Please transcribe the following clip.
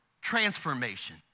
transformation